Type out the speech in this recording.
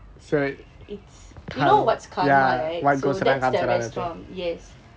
it's you know what's karma right that's the restaurant yes